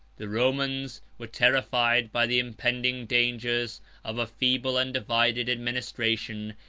the romans were terrified by the impending dangers of a feeble and divided administration,